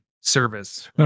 service